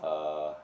uh